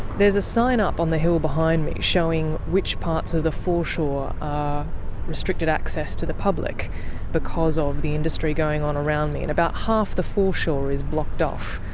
there's a sign up on the hill behind me showing which parts of the foreshore are restricted access to the public because of the industry going on around me, and about half the foreshore is blocked off.